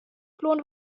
klonen